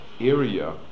area